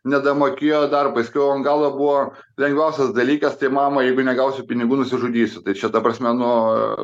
nedamokėjo dar paskiau an galo buvo lengviausias dalykas tai mama jeigu negausiu pinigų nusižudysiu tai čia ta prasme nu